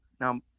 Now